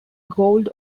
gold